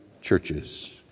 churches